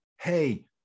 hey